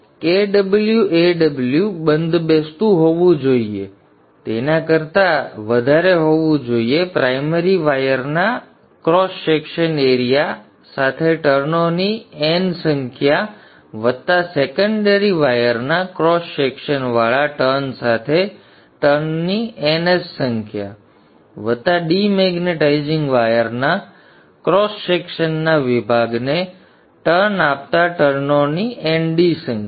તેથી Kw Aw બંધબેસતું હોવું જોઇએ તેના કરતા વધારે હોવું જોઇએ પ્રાઇમરી વાયરના વાયરના ક્રોસ સેક્શનના એરીયા સાથે ટર્નોની N સંખ્યા વત્તા સેકન્ડરી વાયરના ક્રોસ સેક્શનવાળા ટર્ન સાથે ટર્નની NS સંખ્યા વત્તા ડિમેગ્નેટાઇઝિંગ વાયરના ક્રોસ સેક્શનના વિભાગને ટર્ન આપતા ટર્નોની Nd સંખ્યા